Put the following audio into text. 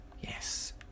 Yes